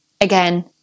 Again